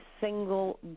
single